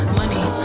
money